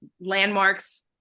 landmarks